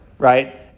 Right